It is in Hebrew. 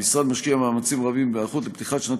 המשרד משקיע מאמצים רבים בהיערכות לפתיחת שנת